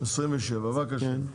סעיף 27, בבקשה.